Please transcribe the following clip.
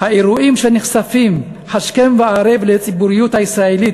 האירועים שנחשפים השכם והערב לציבוריות הישראלית,